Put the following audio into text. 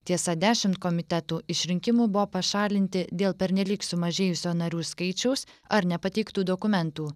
tiesa dešimt komitetų iš rinkimų buvo pašalinti dėl pernelyg sumažėjusio narių skaičiaus ar nepateiktų dokumentų